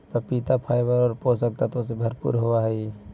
पपीता फाइबर और पोषक तत्वों से भरपूर होवअ हई